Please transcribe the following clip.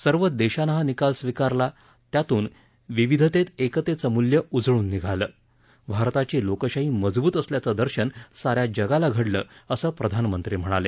सर्व देशानं हा निकाल स्वीकारला यातून विविधतेत एकतेचं मूल्य उजळून निघालं भारताची लोकशाही मजबूत असल्याचं दर्शन साऱ्या जगाला घडलं असं प्रधानमंत्री म्हणाले